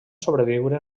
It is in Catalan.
sobreviure